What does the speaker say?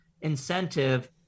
incentive